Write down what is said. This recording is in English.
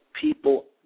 people